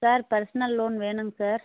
sir personal loan வேணுங்க sir